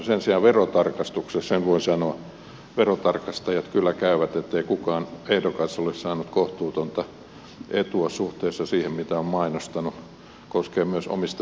sen sijaan verotarkastuksessa sen voin sanoa verotarkastajat kyllä käyvät läpi ettei kukaan ehdokas ole saanut kohtuutonta etua suhteessa siihen mitä on mainostanut koskee myös omistaja kustantajia